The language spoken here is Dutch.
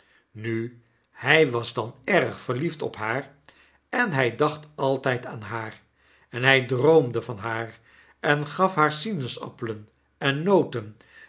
nu hij was dan erg verliefd op haar en hij dacht altfid aan haar en hij droomde van haar en gaf haar sinaasappelen en noten